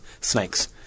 Snakes